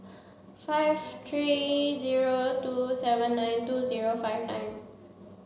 five three zero two seven nine two zero five nine